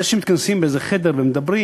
זה שמתכנסים באיזה חדר ומדברים